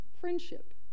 friendship